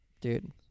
Dude